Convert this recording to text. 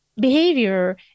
Behavior